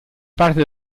parte